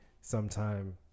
sometime